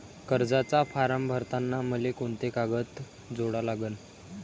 कर्जाचा फारम भरताना मले कोंते कागद जोडा लागन?